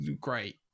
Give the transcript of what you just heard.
great